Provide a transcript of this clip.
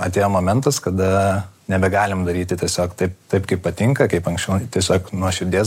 atėjo momentas kada nebegalim daryti tiesiog taip taip kaip patinka kaip anksčiau tiesiog nuo širdies